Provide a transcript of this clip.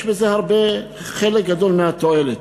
יש בזה הרבה, חלק גדול לתועלת.